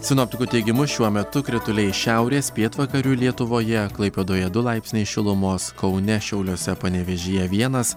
sinoptikų teigimu šiuo metu krituliai šiaurės pietvakarių lietuvoje klaipėdoje du laipsniai šilumos kaune šiauliuose panevėžyje vienas